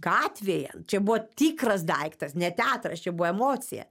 gatvėje čia buvo tikras daiktas ne teatras čia buvo emocija